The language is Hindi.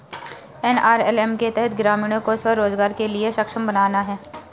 एन.आर.एल.एम के तहत ग्रामीणों को स्व रोजगार के लिए सक्षम बनाना है